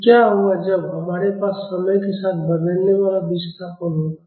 तो क्या होगा जब हमारे पास समय के साथ बदलने वाला विस्थापन होगा